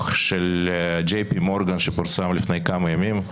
של ג'י.פי מורגן שפורסם לפני כמה ימים.